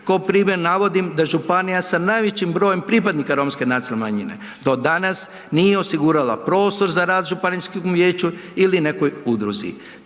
Ko primjer navodim da županija sa najvećim brojem pripadnika romske nacionalne manjine do danas nije osigurala prostor za rad županijskom vijeću ili nekoj udruzi.